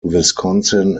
wisconsin